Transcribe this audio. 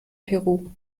peru